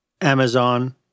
Amazon